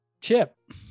chip